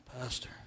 pastor